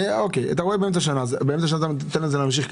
אתה תיתן לזה להמשיך?